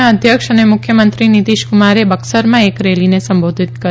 ના અધ્યક્ષ અને મુખ્યમંત્રી નીતિશક્રમારે બક્સરમાં એક રેલીને સંબોધિત કરી